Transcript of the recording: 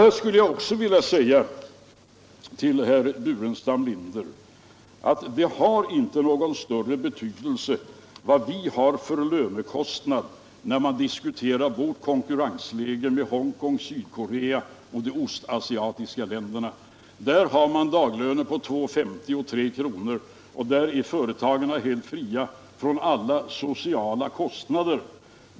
Jag skulle också vilja säga till herr Burenstam Linder att det inte har någon större betydelse vad vi har för lönekostnad när man diskuterar vårt konkurrensläge i förhållande till Hongkong, Sydkorea och de övriga ostasiatiska länderna. Där har man dagslöner på 2:50 och 3 kr., och där är företagen helt fria från alla sociala kostnader.